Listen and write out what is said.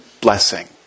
blessing